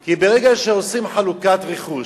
כי ברגע שעושים חלוקת רכוש,